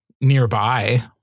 nearby